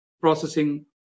processing